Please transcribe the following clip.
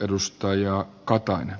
arvoisa puhemies